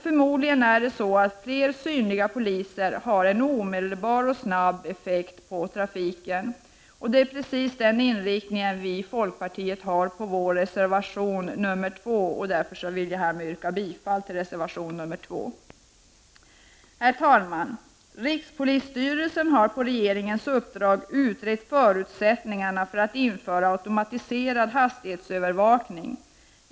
Förmodligen har fler synliga poliser omedelbar och snabb effekt på trafiken, och det är precis den inriktningen vi i folkpartiet har på vår reservation nr 2. Därför vill jag yrka bifall till reservation nr 2. Herr talman! Rikspolisstyrelsen har på regeringens uppdrag utrett förutsättningarna för att införa automatiserad hastighetsövervakning.